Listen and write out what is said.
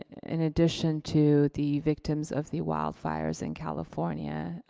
in addition to the victims of the wildfires in california.